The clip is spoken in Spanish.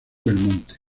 belmonte